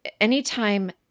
anytime